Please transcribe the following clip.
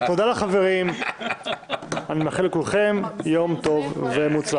תודה לחברים ואני מאחל לכולכם יום טוב ומוצלח.